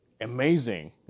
Amazing